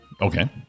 Okay